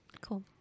Cool